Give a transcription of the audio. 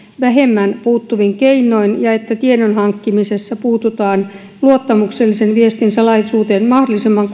vähemmän puuttuvin keinoin ja niin että tiedon hankkimisessa puututaan luottamuksellisen viestin salaisuuteen mahdollisimman